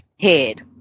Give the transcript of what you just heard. head